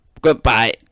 goodbye